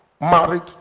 married